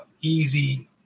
easy